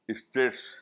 states